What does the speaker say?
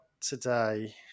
today